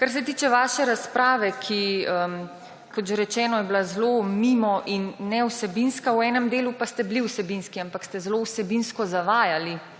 Kar se tiče vaše razprave, ki je bila, kot že rečeno, zelo mimo in ne vsebinska v enem delu, pa ste bili vsebinski, ampak ste zelo vsebinsko zavajali,